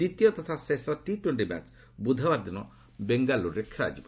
ଦ୍ୱିତୀୟ ତଥା ଶେଷ ଟି ଟୋଣ୍ଟି ମ୍ୟାଚ୍ ବୃଧବାର ଦିନ ବେଙ୍ଗାଲ୍ରରେ ଖେଳାଯିବ